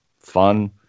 fun